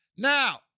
Now